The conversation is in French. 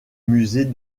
musée